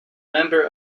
member